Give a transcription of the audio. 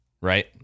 Right